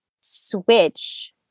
switch